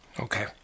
Okay